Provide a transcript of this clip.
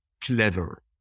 clever